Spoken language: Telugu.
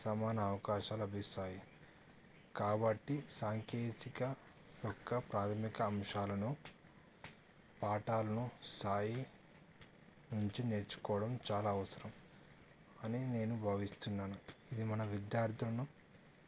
సమాన అవకాశాలు లభిస్తాయి కాబట్టి సాంకేతిక యొక్క ప్రాథమిక అంశాలను పాఠాలను సాయి నుంచి నేర్చుకోవడం చాలా అవసరం అని నేను భావిస్తున్నాను ఇది మన విద్యార్థులను